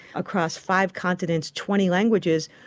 across five continents, twenty languages,